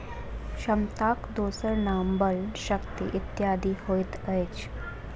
क्षमताक दोसर नाम बल, शक्ति इत्यादि होइत अछि